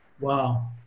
wow